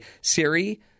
Siri